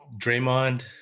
Draymond